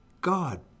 God